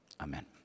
Amen